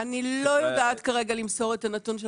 אני לא יודעת כרגע למסור את הנתון של